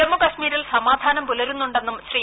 ജമ്മുകാശ്മീരിൽ സമാധാനം പുലരുന്നുണ്ടെന്നും ശ്രീ